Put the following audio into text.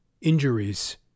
injuries